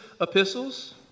epistles